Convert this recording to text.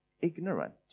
ignorant